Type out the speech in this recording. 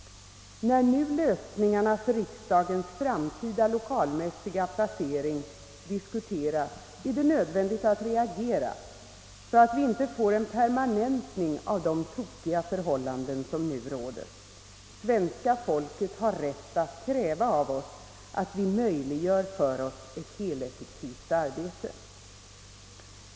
När nu lösningarna för riksdagens framtida lokalmässiga placering diskuteras, är det nödvändigt att reagera så att vi inte får en permanentning av de tokiga förhållanden som nu råder. Svenska folket har rätt att kräva av oss att vi möjliggör ett heleffektivt arbete.